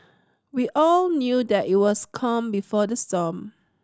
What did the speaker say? we all knew that it was calm before the storm